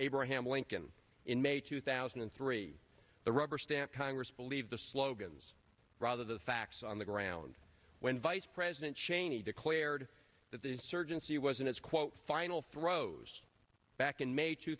abraham lincoln in may two thousand and three the rubber stamp congress believe the slogans rather the facts on the ground when vice president cheney declared that the insurgency was in its quote final throes back in may two